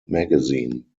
magazine